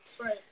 Right